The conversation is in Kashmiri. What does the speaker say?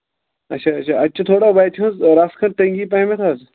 اچھا اچھا اَتہِ چھِ تھوڑا وَتہِ ہٕنٛز رَژ کھںڈ تَنگی پہمتھ حظ